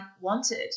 wanted